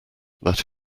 that